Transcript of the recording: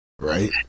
right